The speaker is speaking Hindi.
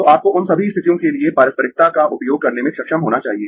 तो आपको उन सभी स्थितियों के लिए पारस्परिकता का उपयोग करने में सक्षम होना चाहिए